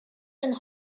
and